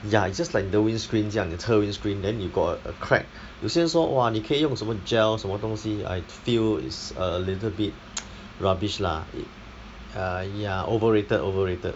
ya it's just like 你的 windscreen 这样你的车 windscreen then you got a a crack 有些人说 !wah! 你可以用什么 gel 什么东西 I feel it's a little bit rubbish lah it ah ya overrated overrated